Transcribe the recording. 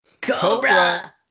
Cobra